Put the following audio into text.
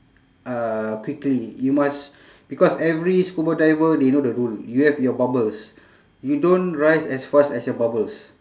uh quickly you must because every scuba diver they know the rule you have your bubbles you don't rise as fast as your bubbles